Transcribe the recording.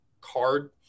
card